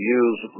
use